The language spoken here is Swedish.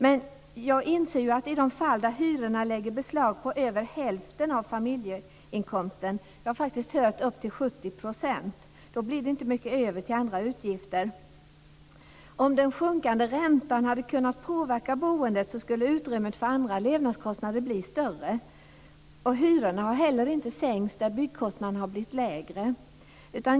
Men jag inser att i de fall där hyrorna lägger beslag på mer än hälften av familjeinkomsten - jag har faktiskt hört siffror på upp till 70 %- blir det inte mycket över till andra utgifter. Om den sjunkande räntan hade kunnat påverka boendet skulle utrymmet för andra levnadsomkostnader bli större. Hyrorna har inte heller sänkts där byggkostnaderna har blivit lägre.